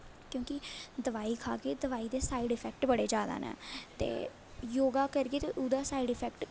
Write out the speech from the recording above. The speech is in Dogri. क्योंकि दोआई खाह्गे दोआई दे साईड इफैक्ट बड़े जैदा नै ते योग करियै ते ओह्दा साईड इफैक्ट